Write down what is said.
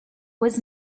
was